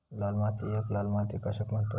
लाल मातीयेक लाल माती कशाक म्हणतत?